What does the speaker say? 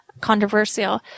controversial